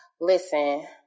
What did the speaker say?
Listen